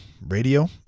radio